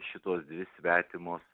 šitos dvi svetimos